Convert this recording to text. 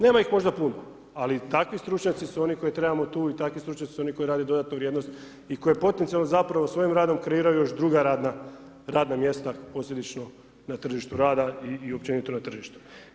Nema ih možda puno, ali takvi stručnjaci su oni koje trebamo tu i takvi stručnjaci su oni koji rade dodatnu vrijednost i koje potencijalno zapravo svojim radom kreiraju još druga radna mjesta posljedično na tržištu rada i općenito na tržištu.